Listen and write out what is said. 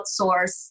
outsource